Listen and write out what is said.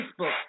Facebook